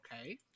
okay